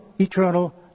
eternal